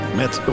met